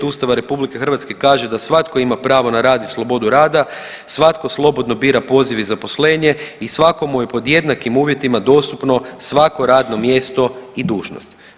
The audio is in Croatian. Ustava Republike Hrvatske kaže da svatko ima pravo na rad i slobodu rada, svatko slobodno bira poziv i zaposlenje i svakome je pod jednakim uvjetima dostupno svako radno mjesto i dužnost.